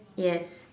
yes